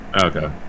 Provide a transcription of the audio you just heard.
Okay